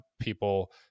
people